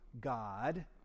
God